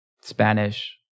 Spanish